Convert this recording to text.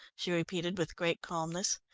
she repeated with great calmness.